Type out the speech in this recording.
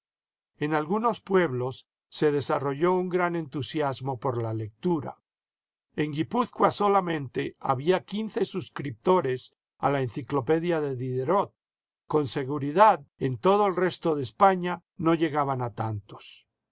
en algunos pueblos se desarrolló un gran entusiasmo por la lectura en guipúzcoa solamente había quince suscriptores a la enciclopedia de diderot con seguridad en todo el resto de españa no llegaban a tantos